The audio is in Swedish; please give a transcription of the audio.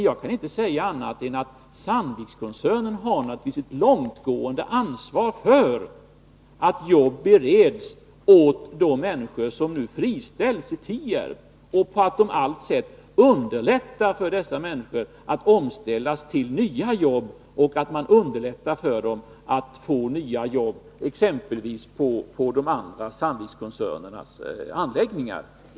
Jag kan inte säga annat än att Sandvikskoncernen naturligtvis har långtgående ansvar för att jobb bereds åt de människor som nu friställs i Tierp och för att på allt sätt underlätta för dessa människor att ställa om sig till nya jobb och för att över huvud taget underlätta för dem att få nya jobb, exempelvis på Sandvikskoncernens andra anläggningar.